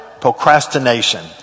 procrastination